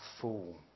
fall